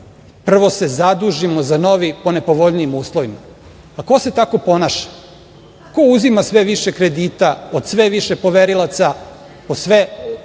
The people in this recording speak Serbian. prvo se zadužimo za novi po nepovoljnijim uslovima. Ko se tako ponaša? Ko uzima sve više kredita od sve više poverilaca pod sve